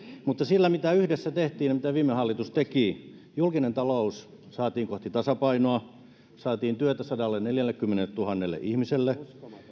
mutta sillä mitä yhdessä tehtiin ja mitä viime hallitus teki julkinen talous saatiin kohti tasapainoa saatiin työtä sadalleneljällekymmenelletuhannelle ihmiselle